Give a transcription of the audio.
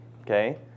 Okay